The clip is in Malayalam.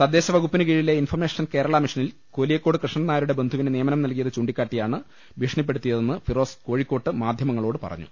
തദ്ദേശ വകുപ്പിന് കീഴിലെ ഇൻഫർമേ ഷൻ കേരളാ മിഷനിൽ കോലിയക്കോട് കൃഷ്ണൻ നായരുടെ ബന്ധുവിന് നിയമനം നൽകിയത് ചൂണ്ടിക്കാട്ടിയാണ് ഭീഷണി പ്പെടുത്തിയതെന്ന് ഫിറോസ് കോഴിക്കോട്ട് മാധ്യമങ്ങളോട് പറ ഞ്ഞു